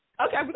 Okay